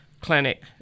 Clinic